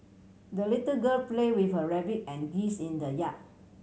the little girl play with her rabbit and geese in the yard